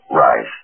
rise